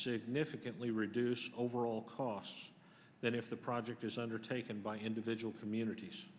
significantly reduce overall costs than if the project is undertaken by individual communities